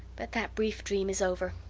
but that brief dream is over.